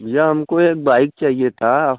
भैया हमको एक बाइक चाहिए था